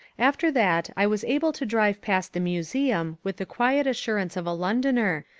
after that i was able to drive past the museum with the quiet assurance of a londoner,